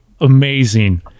amazing